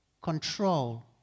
control